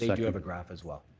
like do have a graph as well.